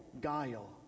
guile